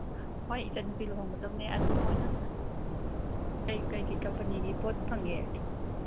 ꯍꯣꯏ ꯏꯆꯟꯅꯨꯄꯤ ꯂꯨꯍꯣꯡꯒꯗꯝꯅꯦ ꯑꯗꯨ ꯃꯣꯏꯅ ꯀꯩꯀꯩ ꯀꯝꯄꯅꯤꯒꯤ ꯄꯣꯠ ꯐꯪꯒꯦ